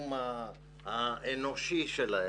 לקיום האנושי שלהם,